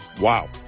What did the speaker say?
wow